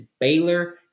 Baylor